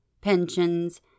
pensions